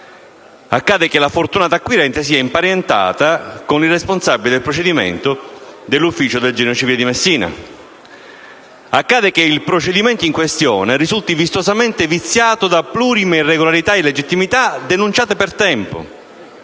Accade che la fortunata acquirente sia imparentata con il responsabile del procedimento dell'ufficio del genio civile di Messina. Accade che il procedimento in questione risulti vistosamente viziato da plurime irregolarità e illegittimità denunciate per tempo.